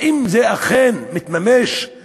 האם זה אכן מתממש גם